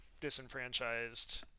disenfranchised